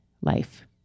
life